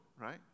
right